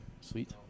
Sweet